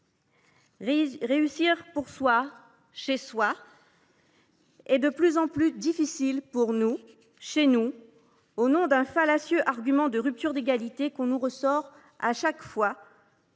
Réussir pour soi, chez soi, est de plus en plus difficile pour nous, chez nous, au nom du fallacieux argument de la rupture d’égalité, que l’on nous ressort à chaque fois